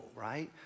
right